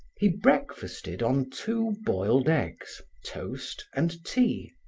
he breakfasted on two boiled eggs, toast and tea.